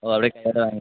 ஓ அப்படியே